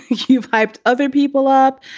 you've hyped other people up.